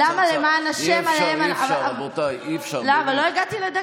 למה, למען השם, עליהם, אי-אפשר, אי-אפשר.